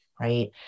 right